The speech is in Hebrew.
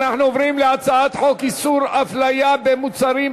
אנחנו עוברים להצעת חוק איסור הפליה במוצרים,